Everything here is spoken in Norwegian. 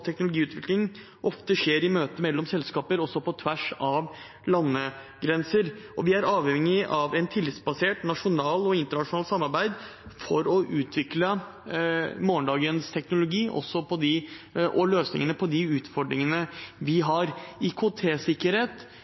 teknologiutvikling ofte skjer i møtet mellom selskaper på tvers av landegrenser, og vi er avhengig av et tillitsbasert nasjonalt og internasjonalt samarbeid for å utvikle morgendagens teknologi og løsningene på de utfordringene vi har.